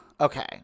Okay